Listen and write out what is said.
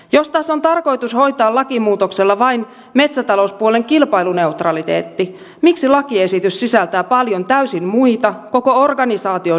jos taas on tarkoitus hoitaa lakimuutoksella vain metsätalouspuolen kilpailuneutraliteetti miksi lakiesitys sisältää paljon täysin muita koko organisaatioon liittyviä muutoksia